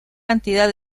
cantidad